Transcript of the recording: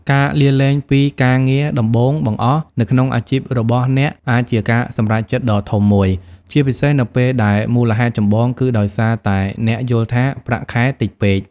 ការលាលែងពីការងារដំបូងបង្អស់នៅក្នុងអាជីពរបស់អ្នកអាចជាការសម្រេចចិត្តដ៏ធំមួយ ជាពិសេសនៅពេលដែលមូលហេតុចម្បងគឺដោយសារតែអ្នកយល់ថា ប្រាក់ខែតិចពេក។